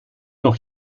noch